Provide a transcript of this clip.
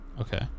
Okay